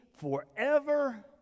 forever